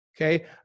Okay